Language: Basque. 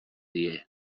die